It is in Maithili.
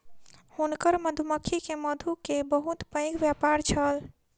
हुनकर मधुमक्खी के मधु के बहुत पैघ व्यापार छल